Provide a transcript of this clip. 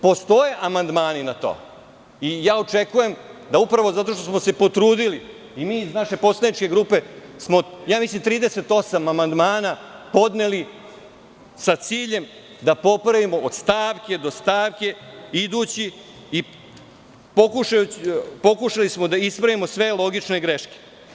Postoje amandmani na to i očekujem, da upravo zato što smo se potrudili i mi iz naše poslaničke grupe smo, mislim 38 amandmana podneli, sa ciljem da popravimo od stavke, do stavke išli i pokušali da ispravimo sve logične greške.